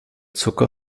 zucker